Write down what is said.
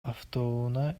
автоунаа